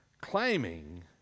claiming